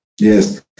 Yes